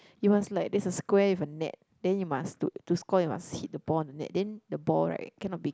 you must like there's a square with a net then you must to to score you must hit the ball on the net then the ball right cannot be